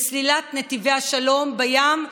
בסלילת נתיבי השלום בים,